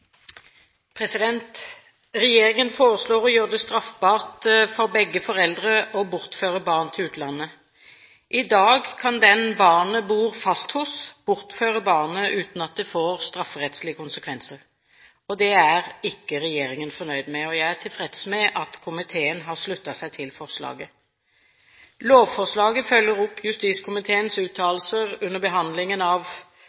Regjeringen foreslår å gjøre det straffbart for begge foreldre å bortføre barn til utlandet. I dag kan den barnet bor fast hos, bortføre barnet uten at det får strafferettslige konsekvenser. Det er ikke regjeringen fornøyd med. Jeg er tilfreds med at komiteen har sluttet seg til forslaget. Lovforslaget følger opp justiskomiteens uttalelse under behandlingen av